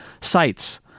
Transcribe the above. sites